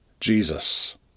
Jesus